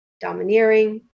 domineering